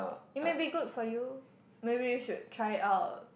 it maybe good for you maybe you should try it out